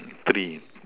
three